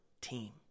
team